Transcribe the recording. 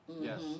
Yes